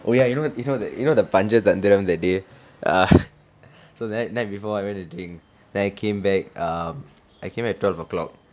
oh yeah you know you know that you know the பஞ்சதந்திரம்:panchathanthiram ya that day so that night before I went to drink then I came back um I came at twelve o'clock